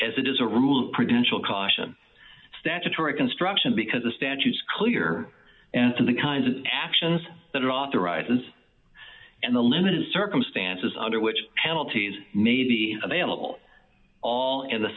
as it is a rule credential caution statutory construction because the statute is clear and to the kinds of actions that are authorized and and the limited circumstances under which penalties may be available all in the